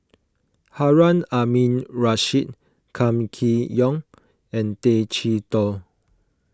Harun Aminurrashid Kam Kee Yong and Tay Chee Toh